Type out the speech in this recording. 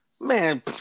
Man